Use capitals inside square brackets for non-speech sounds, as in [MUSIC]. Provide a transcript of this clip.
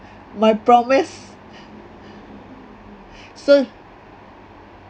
my promised [BREATH] so